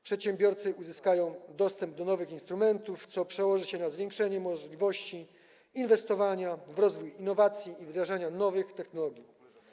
Przedsiębiorcy uzyskają dostęp do nowych instrumentów, co przełoży się na zwiększenie możliwości inwestowania w rozwój innowacji i wdrażania nowych technologii.